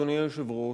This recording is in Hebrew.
אדוני היושב-ראש,